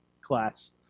class